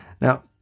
Now